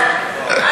אני